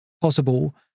possible